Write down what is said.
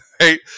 right